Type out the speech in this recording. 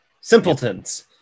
Simpletons